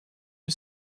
you